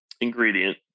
ingredient